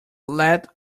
let